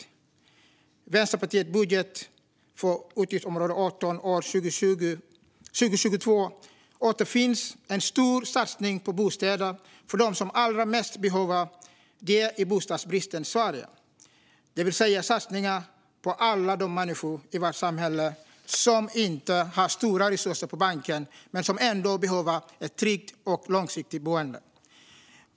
I Vänsterpartiets budget för utgiftsområde 18 för år 2022 återfinns en stor satsning på bostäder för dem som allra mest behöver det i bostadsbristens Sverige, det vill säga en satsning på alla de människor i vårt samhälle som inte har stora resurser på banken men som ändå behöver ett tryggt och långsiktigt boende.